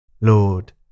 Lord